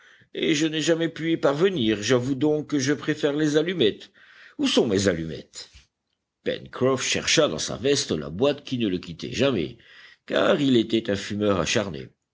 et je n'ai jamais pu y parvenir j'avoue donc que je préfère les allumettes où sont mes allumettes pencroff chercha dans sa veste la boîte qui ne le quittait jamais car il était un fumeur acharné